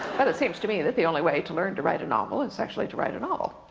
but it seems to me that the only way to learn to write a novel, is actually to write a novel.